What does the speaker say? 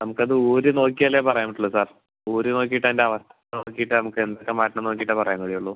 നമ്മക്ക് അത് ഊരി നോക്കിയാലേ പറയാൻ പറ്റുള്ളൂ സാർ ഊരി നോക്കീട്ട് അയിൻ്റെ അവസ്ഥ നോക്കീട്ട് നമ്മുക്ക് എന്ത് ഒക്കെ മാറ്റണന്ന് നോക്കീട്ടേ പറയാൻ കഴിയുള്ളൂ